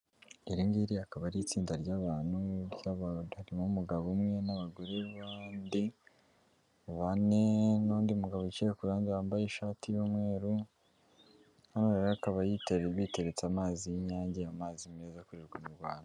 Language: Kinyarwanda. Iri ngiri akaba ari itsinda ry'abantu harimo umugabo umwe, n'abagore bandi bane, n'undi mugabo wicaye ku ruhande wambaye ishati y'umweru, hano rero bakaba biteretse amazi y'inyange, amazi meza akorerwa mu Rwanda.